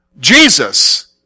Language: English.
Jesus